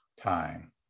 time